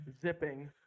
Zipping